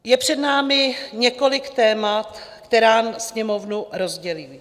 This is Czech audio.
Je před námi několik témat, která Sněmovnu rozdělí.